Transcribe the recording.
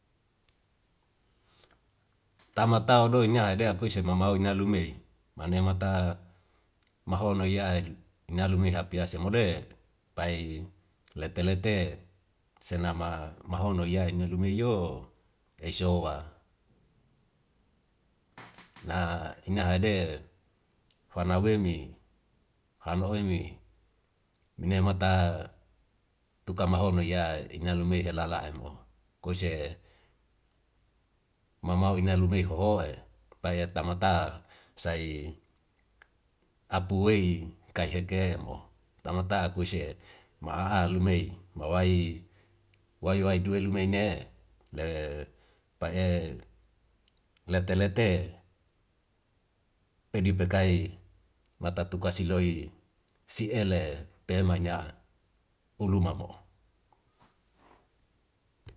Tamata wa do ina hede akuise mamau ina lumei mane mata mahono ya ina lume hapiase mo de pai lete lete senama mahono iya ine lumei yo eisoa. Na ina hede fana wemi hano emi ine mata tuka mahono iya ina lumei helala emo koise mamau ina lemeu hohoe paye tamata sai apuwei kaiheke mo tamata akuise ma'a lumei wa wai, wai wai du elu mei ne le pae lete lete pedi pekai mata tuka siloi si ele pehe mai na'a ulu mamo.